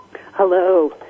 Hello